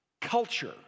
culture